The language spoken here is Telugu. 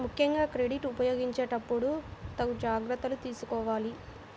ముక్కెంగా క్రెడిట్ ఉపయోగించేటప్పుడు తగు జాగర్తలు తీసుకోవాలి